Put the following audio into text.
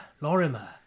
Lorimer